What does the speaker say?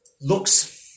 looks